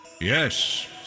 Yes